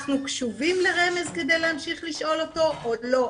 אנחנו קשובים לרמז כדי להמשיך לשאול אותו או לא?